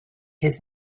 his